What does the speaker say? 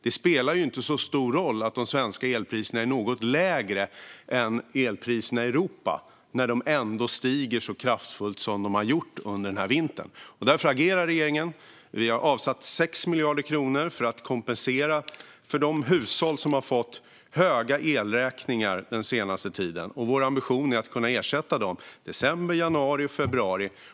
Det spelar ju inte så stor roll att de svenska elpriserna är något lägre än elpriserna i Europa när de ändå stiger så kraftfullt som de har gjort under denna vinter. Därför agerar regeringen. Vi har avsatt 6 miljarder kronor för att kompensera de hushåll som har fått höga elräkningar den senaste tiden. Vår ambition är att kunna ersätta dem december, januari och februari.